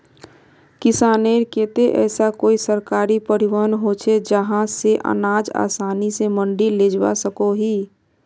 किसानेर केते ऐसा कोई सरकारी परिवहन होचे जहा से अनाज आसानी से मंडी लेजवा सकोहो ही?